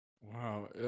Wow